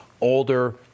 Older